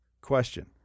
question